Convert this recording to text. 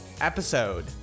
episode